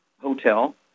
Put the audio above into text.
hotel